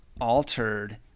altered